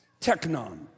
Teknon